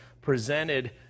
presented